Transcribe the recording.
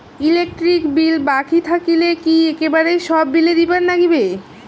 Electric bill বাকি থাকিলে কি একেবারে সব বিলে দিবার নাগিবে?